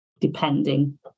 depending